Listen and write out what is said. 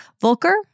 Volker